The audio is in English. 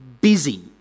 busy